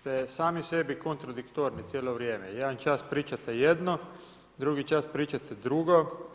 ste sami sebi kontradiktorni cijelo vrijeme, jedan čas pričate jedno, drugi čas pričate drugo.